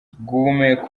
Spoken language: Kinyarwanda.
guhumeka